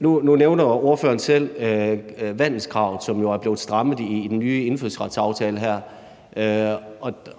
Nu nævner ordføreren selv vandelskravet, som jo er blevet strammet i den nye indfødsretsaftale her,